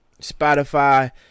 Spotify